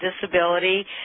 disability